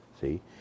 See